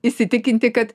įsitikinti kad